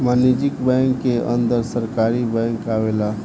वाणिज्यिक बैंक के अंदर सरकारी बैंक आवेला